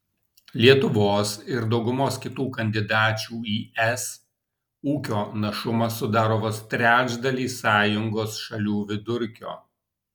lietuvos ir daugumos kitų kandidačių į es ūkio našumas sudaro vos trečdalį sąjungos šalių vidurkio